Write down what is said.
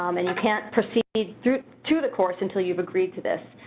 um and you can't proceed through to the course until you've agreed to this.